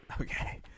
Okay